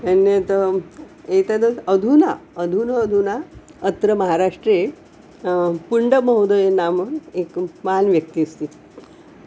अन्यत् एतद् अधुना अधुना अधुना अत्र महाराष्ट्रे पुण्डमहोदयः नाम एकं महान् व्यक्तिः अस्ति